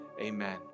Amen